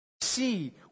see